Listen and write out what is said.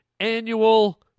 annual